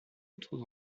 autres